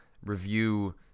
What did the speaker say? review